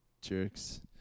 jerks